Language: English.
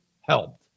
helped